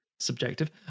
subjective